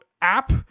app